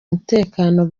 umutekano